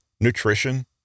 nutrition